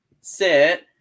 sit